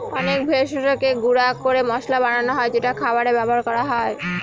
অনেক ভেষজকে গুঁড়া করে মসলা বানানো হয় যেটা খাবারে ব্যবহার করা হয়